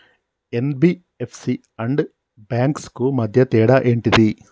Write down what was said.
NBFC and banks కు మధ్య తేడా ఏంటిది?